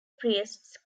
priests